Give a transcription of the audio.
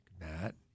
Matt